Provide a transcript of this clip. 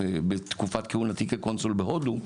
בתקופת כהונתי כקונסול בהודו,